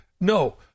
No